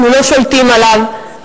אנחנו לא שולטים עליו,